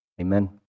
Amen